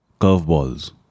curveballs